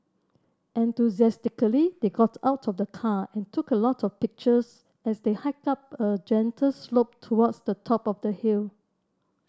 enthusiastically they got out of the car and took a lot of pictures as they hiked up a gentle slope towards the top of the hill